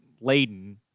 laden